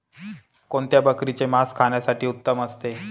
कोणत्या बकरीचे मास खाण्यासाठी उत्तम असते?